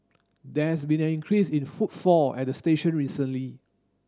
there has been an increase in footfall at the station recently